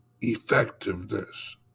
effectiveness